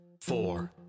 four